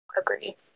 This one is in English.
agree